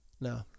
no